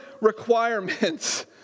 requirements